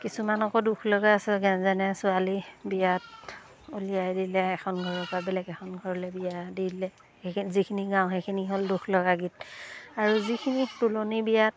কিছুমান আকৌ দুখলগা আছে যেনে ছোৱালী বিয়াত উলিয়াই দিলে এখন ঘৰৰপৰা বেলেগ এখন ঘৰলৈ বিয়া দি দিলে সেইখিনি যিখিনি গাওঁ সেইখিনি হ'ল দুখ লগা গীত আৰু যিখিনি তুলনী বিয়াত